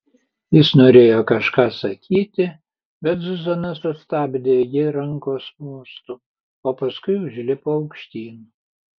jis norėjo kažką sakyti bet zuzana sustabdė ji rankos mostu o paskui užlipo aukštyn